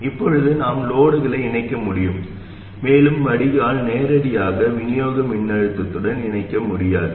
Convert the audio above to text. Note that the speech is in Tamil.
இப்போது நாம் லோடுகளை இணைக்க முடியும் மேலும் வடிகால் நேரடியாக விநியோக மின்னழுத்தத்துடன் இணைக்க முடியாது